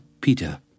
Peter